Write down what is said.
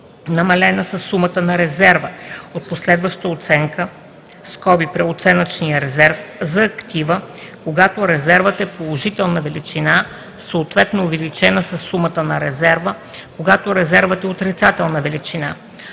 намалена със сумата на резерва от последваща оценка (преоценъчния резерв) за актива, когато резервът е положителна величина, съответно увеличена със сумата на резерва, когато резервът е отрицателна величина;